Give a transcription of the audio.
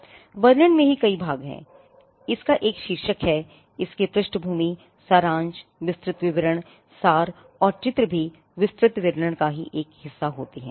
वर्णन में ही कई भाग हैं इसका एक शीर्षक है इसकी पृष्ठभूमि सारांश विस्तृत विवरण सार और चित्र भी विस्तृत विवरण का एक हिस्सा होते हैं